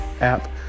app